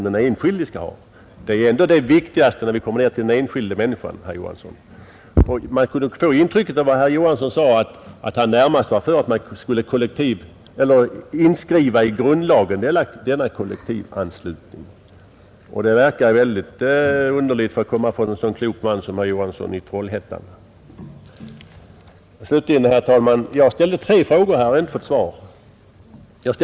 Den enskilde människan är ändå det viktigaste, herr Johansson. Av vad herr Johansson sade kunde man närmast få det intrycket, att vi borde inskriva kollektivanslutningen i grundlagen. Det verkar väldigt underligt för att komma från en så klok man som herr Johansson i Trollhättan. Jag ställde tre frågor som jag inte har fått något svar på.